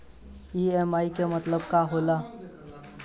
EMI के मतलब का होला?